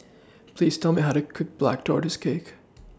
Please Tell Me How to Cook Black Tortoise Cake